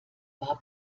war